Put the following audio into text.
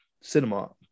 cinema